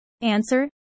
Answer